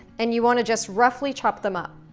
and you wanna just roughly chop them up.